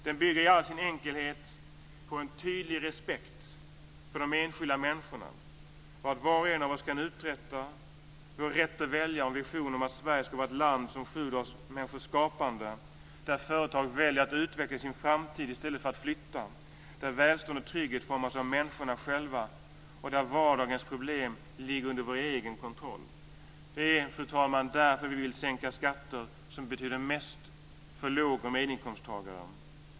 Den bygger i all sin enkelhet på en tydlig respekt för de enskilda människorna, på vad var och en av oss kan uträtta, vår rätt att välja om visionernas Sverige ska vara ett land som är fyllt av människors skapande, där företag väljer att utveckla sin framtid i stället för att flytta, där välstånd och trygghet formas av människorna själva och där vardagens problem ligger under vår egen kontroll. Det är därför, fru talman, vi vill sänka de skatter som betyder mest för låg och medelinkomsttagare.